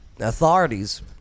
authorities